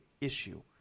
issue